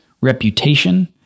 reputation